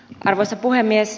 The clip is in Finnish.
arvoisa puhemies